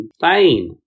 Fine